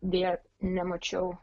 deja nemačiau